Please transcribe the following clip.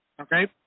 okay